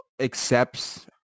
accepts